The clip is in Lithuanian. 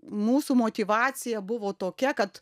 mūsų motyvacija buvo tokia kad